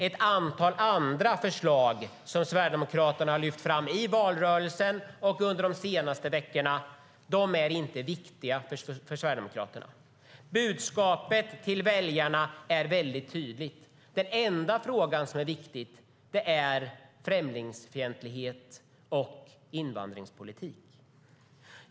Ett antal andra förslag som Sverigedemokraterna har lyft fram i valrörelsen och under de senaste veckorna är inte viktiga för Sverigedemokraterna.Budskapet till väljarna är väldigt tydligt. Den enda fråga som är viktig är främlingsfientlighet och invandringspolitik.